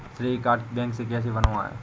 श्रेय card bank से कैसे बनवाएं?